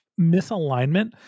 misalignment